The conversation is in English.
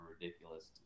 ridiculous